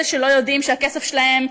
אלה שלא יודעים שהכסף שלהם,